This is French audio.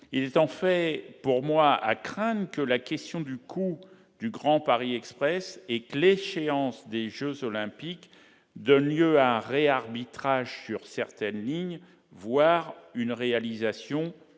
En effet, il est à craindre que la question du coût du Grand Paris Express, avec l'échéance des jeux Olympiques, donne lieu à un réarbitrage de certaines lignes, voire à une réalisation